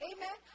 Amen